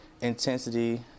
intensity